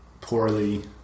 poorly